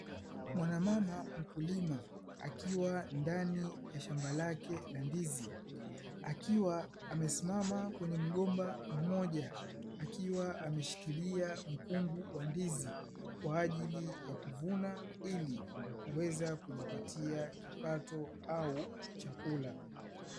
Mwanamama mkulima akiwa ndani ya shamba lake la ndizi, akiwa amesimama kwenye mgomba mmoja, akiwa ameshikilia mkungu wa ndizi kwa ajili ya kuvuna ili kuweza kujipatia kipato au chakula.